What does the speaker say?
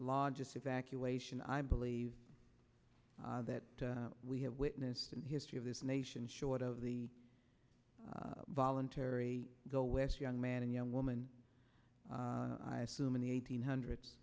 largest evacuation i believe that we have witnessed in history of this nation short of the voluntary go west young man and young woman i assume in the eighteen hundreds